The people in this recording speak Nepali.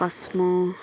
कस्मो